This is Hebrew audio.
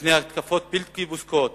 מפני התקפות בלתי פוסקות